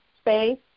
space